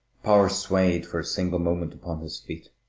power swayed for a single moment upon his feet.